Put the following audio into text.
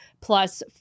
plus